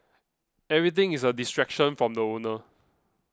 everything is a distraction from the owner